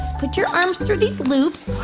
put your arms through these loops,